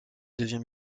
devient